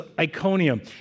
Iconium